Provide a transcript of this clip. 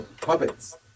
puppets